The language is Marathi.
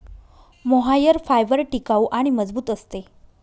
मोहायर फायबर टिकाऊ आणि मजबूत असते